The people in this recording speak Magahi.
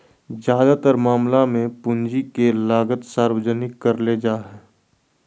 ज्यादातर मामला मे पूंजी के लागत सार्वजनिक करले जा हाई